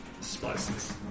spices